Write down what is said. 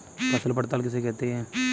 फसल पड़ताल किसे कहते हैं?